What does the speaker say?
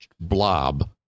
blob